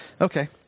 Okay